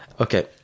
Okay